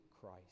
Christ